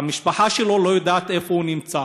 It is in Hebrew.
המשפחה שלו לא יודעת איפה הוא נמצא.